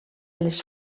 les